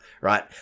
Right